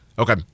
Okay